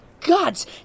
gods